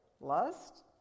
Lust